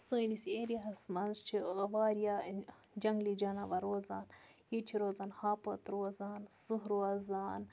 سٲنِس ایریاہَس منٛز چھِ واریاہ جَنٛگلی جاناوار روزان ییٚتہِ چھِ روزان ہاپت روزان سٕہہ روزان